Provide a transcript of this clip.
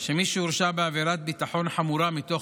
שמי שהורשע בעבירת ביטחון חמורה מתוך